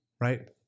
Right